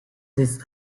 this